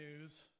news